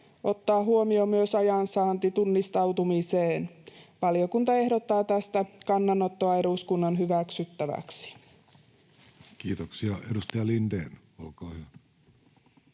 ottaa huomioon myös ajansaanti tunnistautumiseen. Valiokunta ehdottaa tästä kannanottoa eduskunnan hyväksyttäväksi. [Speech 114] Speaker: